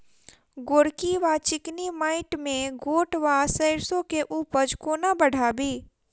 गोरकी वा चिकनी मैंट मे गोट वा सैरसो केँ उपज कोना बढ़ाबी?